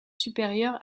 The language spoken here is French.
supérieures